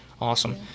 Awesome